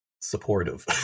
supportive